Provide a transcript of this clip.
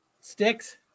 sticks